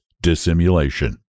dissimulation